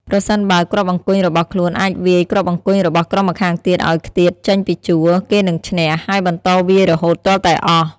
ប្រសិនបើគ្រាប់អង្គញ់របស់ខ្លួនអាចវាយគ្រាប់អង្គញ់របស់ក្រុមម្ខាងទៀតឲ្យខ្ទាតចេញពីជួរ គេនឹងឈ្នះ ហើយបន្តវាយរហូតទាល់តែអស់។